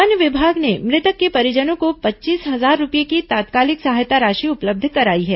one विभाग ने मृतक के परिजनों को पच्चीस हजार रूपये की तत्कालिक सहायता राशि उपलब्ध कराई है